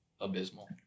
abysmal